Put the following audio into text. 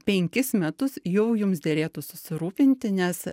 penkis metus jau jums derėtų susirūpinti nes